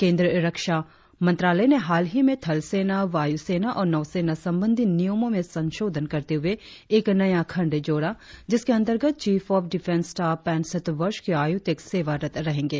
केंद्र रक्षा मंत्रालय ने हाल ही में थलसेना वायुसेना और नौसेना सबंधी नियमों में संशोधन करते हुए एक नया खण्ड जोड़ा जिसके अंतर्गत चीफ ऑफ डिफेंस स्टॉफ पैंसठ वर्ष की आयु तक सेवारत रहेंगे